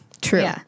true